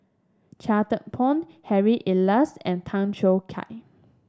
Chia Thye Poh Harry Elias and Tan Choo Kai